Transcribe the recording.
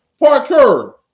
Parkour